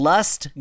Lust